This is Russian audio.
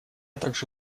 также